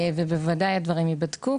ובוודאי הדברים ייבדקו.